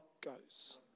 goes